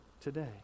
today